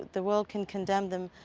the world can condemn them,